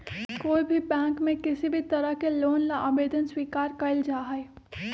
कोई भी बैंक में किसी भी तरह के लोन ला आवेदन स्वीकार्य कइल जाहई